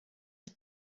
had